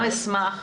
אני גם אשמח.